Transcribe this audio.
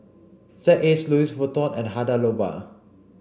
Z A Louis Vuitton and Hada Labo